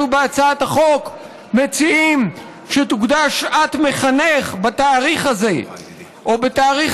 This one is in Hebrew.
אנחנו בהצעת החוק מציעים שתוקדש שעת מחנך בתאריך הזה או בתאריך